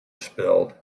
spilled